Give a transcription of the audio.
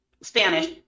Spanish